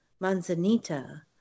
manzanita